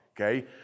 okay